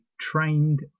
trained